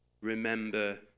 remember